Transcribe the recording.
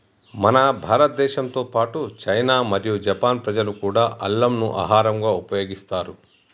మన భారతదేశంతో పాటు చైనా మరియు జపాన్ ప్రజలు కూడా అల్లంను ఆహరంగా ఉపయోగిస్తారు